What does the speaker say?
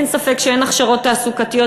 אין ספק שאין הכשרות תעסוקתיות.